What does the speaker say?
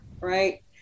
right